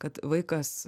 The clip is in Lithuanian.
kad vaikas